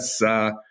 yes